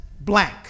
blank